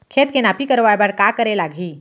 खेत के नापी करवाये बर का करे लागही?